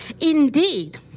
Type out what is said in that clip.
Indeed